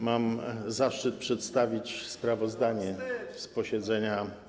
Mam zaszczyt przedstawić sprawozdanie z posiedzenia.